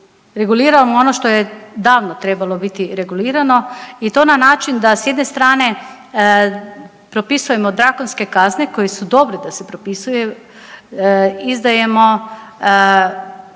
reguliramo ono što je davno trebalo biti regulirano i to na način da s jedne strane propisujemo drakonske kazne koje su dobre da se propisuju, izdajemo